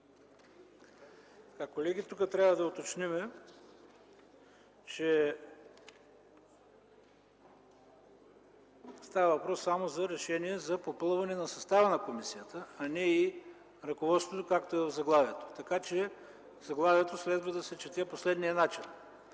Колеги, тук трябва да уточним, че става въпрос само за решение за попълване състава на комисията, а не и ръководството, както е в заглавието. Заглавието следва да се чете по следния начин: